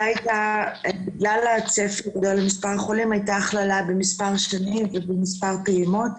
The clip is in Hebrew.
בגלל מספר החולים הייתה הכללה במספר שנים ובמספר פעימות,